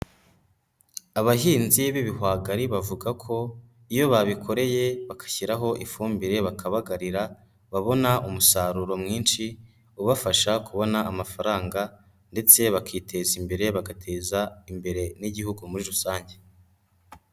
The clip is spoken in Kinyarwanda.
Abahinzi b'ibihwagari bavuga ko iyo babikoreye bagashyiraho ifumbire, bakabagarira babona umusaruro mwinshi, ubafasha kubona amafaranga ndetse bakiteza imbere, bagateza imbere n'igihugu muri rusange.